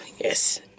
Yes